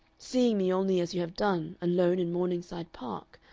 seeing me only as you have done alone in morningside park,